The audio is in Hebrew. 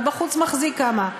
אבל בחוץ מחזיק כמה.